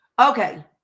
Okay